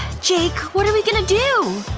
jake. what are we going to do?